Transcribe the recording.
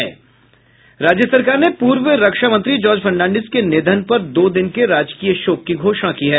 राज्य सरकार ने पूर्व रक्षा मंत्री जॉर्ज फर्नांडीज के निधन पर दो दिन के राजकीय शोक की घोषणा की है